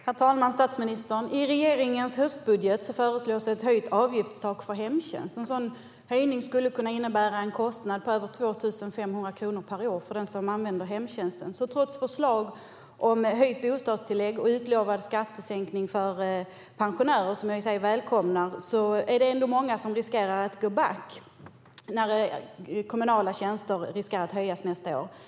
Herr talman! Statsministern! I regeringens höstbudget föreslås ett höjt avgiftstak för hemtjänst. Ett sådant skulle kunna innebära en kostnad på över 2 500 kronor per år för den som använder hemtjänsten. Trots förslag om höjt bostadstillägg och en utlovad skattesänkning för pensionärer, som jag i och för sig välkomnar, är det ändå många som riskerar att gå back när avgifterna för kommunala tjänster riskerar att höjas nästa år.